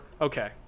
Okay